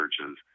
churches